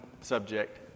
subject